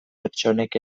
pertsonek